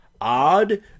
odd